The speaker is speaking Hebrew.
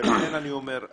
ולכן אני אומר,